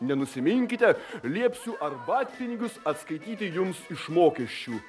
nenusiminkite liepsiu arbatpinigius atskaityti jums iš mokesčių